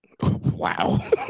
Wow